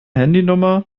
handynummer